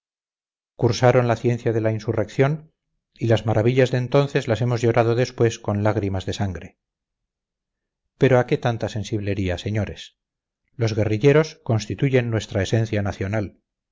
cursaron la ciencia de la insurrección y las maravillas de entonces las hemos llorado después con lágrimas de sangre pero a qué tanta sensiblería señores los guerrilleros constituyen nuestra esencia nacional